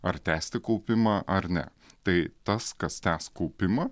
ar tęsti kaupimą ar ne tai tas kas tęs kaupimą